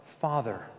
Father